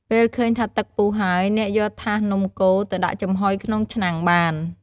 ពេលឃើញថាទឹកពុះហើយ អ្នកយកថាសនំកូរទៅដាក់ចំហុយក្នុងឆ្នាំងបាន។